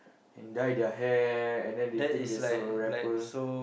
and dye their hair and then they think they so rapper